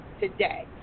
today